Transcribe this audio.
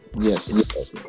yes